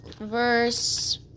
Verse